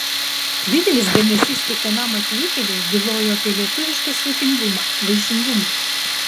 didelis dėmesys kiekvienam atvykėliui bylojo apie lietuvišką svetingumą vaišingumą